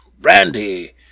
Brandy